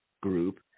group